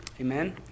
Amen